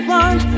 one